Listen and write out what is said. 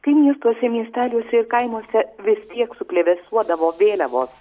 kai miestuose miesteliuose ir kaimuose vis tiek suplevėsuodavo vėliavos